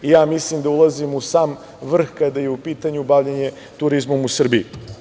Mislim da ulazimo u sam vrh kada je u pitanju bavljenje turizmom u Srbiji.